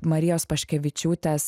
marijos paškevičiūtės